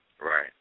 Right